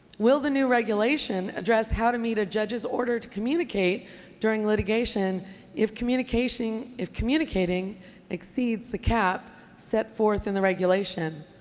will the new regulation address how to meet a judge's order to communicate during litigation if communicating if communicating exceeds the cap set forth in the regulation?